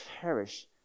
cherish